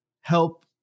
help